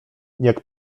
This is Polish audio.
jak